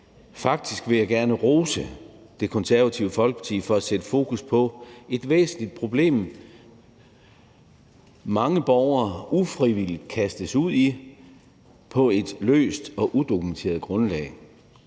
Faktisk vil jeg gerne rose Det Konservative Folkeparti for at sætte fokus på et væsentligt problem, mange borgere ufrivilligt kastes ud i på et løst og udokumenteret grundlag.